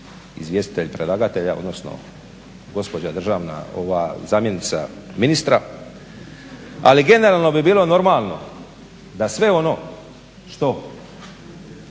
izvjestitelj predlagatelja odnosno gospođa zamjenica državnog ministra. Ali generalno bi bilo normalno da sve ono što